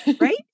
Right